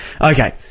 Okay